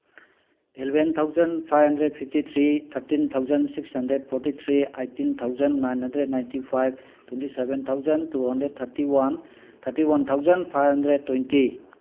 eleven thousand five hundred fifty three thirteen thousand six hundred forty three eighteen thousand nine hundred ninety five twenty seven thousand two hundred thirty one thirty one thousand five hundred twenty